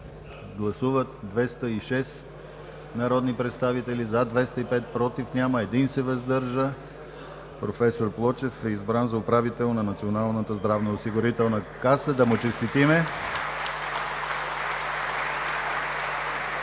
Гласували 206 народни представители: за 205, против няма, въздържал се 1. Професор Плочев е избран за управител на Националната здравноосигурителна каса. Да му честитим!